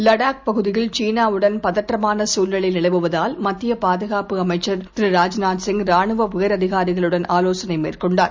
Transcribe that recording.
லடாக்பகுதியில்சீனாவுடன்பதற்றமானசூழ்நிலைநிலவு வதால் மத்தியபாதுகாப்புஅமைச்சர்திரு Rajnath Singh ராணுவஉயர்அதிகாரிகளுடன்ஆலோசனைநடத்தினார்